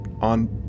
on